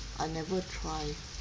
oo I never try